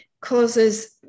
causes